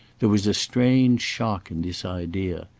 there was a strange shock in this idea.